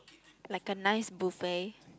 like a nice buffet